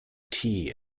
tea